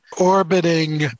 orbiting